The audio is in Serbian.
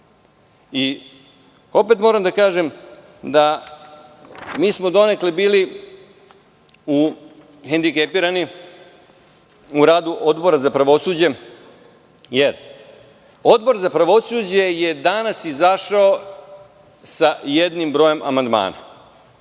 moram da kažem da smo donekle bili hendikepirani u radu Odbora za pravosuđe jer Odbor za pravosuđe je danas izašao sa jednim brojem amandmana.